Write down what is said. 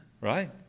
Right